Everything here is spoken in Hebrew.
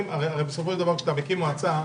בסופו של דבר כשאתה מקים מועצה,